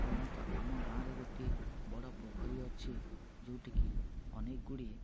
ସାଧାରଣତଃ ଆମ ଗାଁରେ ଗୋଟିଏ ବଡ଼ ପୋଖରୀ ଅଛି ଯେଉଁଠି କି ଅନେକ ଗୁଡ଼ିଏ